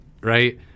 right